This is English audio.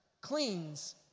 cleans